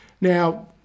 Now